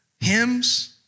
hymns